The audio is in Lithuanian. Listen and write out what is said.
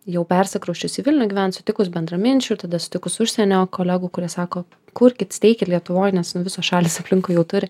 jau persikrausčius į vilnių gyvent sutikus bendraminčių ir tada sutikus užsienio kolegų kurie sako kurkit steikit lietuvoj nes nu visos šalys aplinkui jau turi